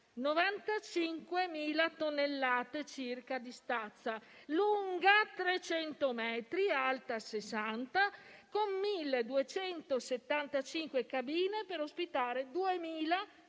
95.000 tonnellate di stazza, lunga 300 metri, alta 60, con 1.275 cabine per ospitare 2.550 passeggeri.